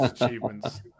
achievements